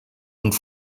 und